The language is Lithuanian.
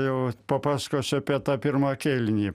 jau papasakosiu apie tą pirmą kėlinį